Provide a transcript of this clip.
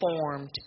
formed